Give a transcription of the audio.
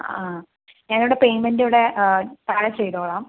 ആ ആ ഞാനിവിടെ പേയ്മെൻ്റ് ഇവിടെ പായ് ചെയ്തുകൊളളാം